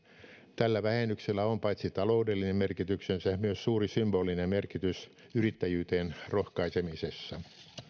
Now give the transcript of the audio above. tällä vähennyksellä on paitsi taloudellinen merkityksensä myös suuri symbolinen merkitys yrittäjyyteen rohkaisemisessa